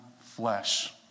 flesh